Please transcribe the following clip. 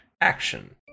Action